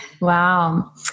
Wow